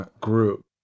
group